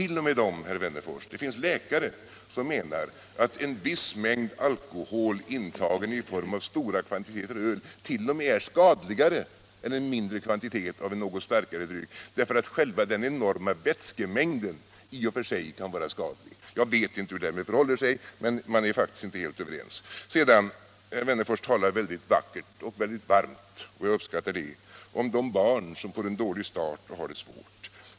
0. m. läkare, herr Wennerfors, som menar att en viss mängd alkohol intagen i form av stora kvantiteter öl är skadligare än en mindre kvantitet av en något starkare dryck, därför att själva den enorma vätskemängden i och för sig kan vara skadlig. Jag vet inte hur det förhåller sig därmed, men man är faktiskt inte helt överens. Herr Wennerfors talade mycket vackert och mycket varmt — och det uppskattar jag — om de barn som får en dålig start och har det svårt.